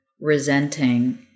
resenting